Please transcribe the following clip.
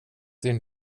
din